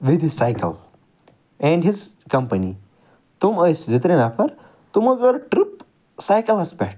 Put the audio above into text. with his cycle and his company تِم ٲسۍ زٕ ترٛےٚ نَفر تِمو کٔر ٹٕرٛپ سایکَلَس پٮ۪ٹھ